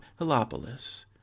Helopolis